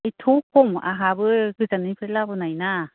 एथ' खम आंहाबो गोजाननिफ्राय लाबोनाय ना